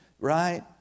right